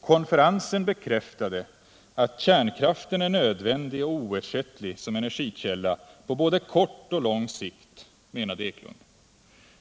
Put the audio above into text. Konferensen bekräftade att kärnkraften är nödvändig och oersättlig som energikälla både på kort och lång sikt, menade Eklund.